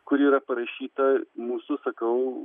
kuri yra parašyta mūsų sakau